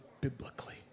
biblically